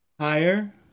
higher